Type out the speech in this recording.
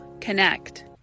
connect